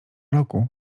roku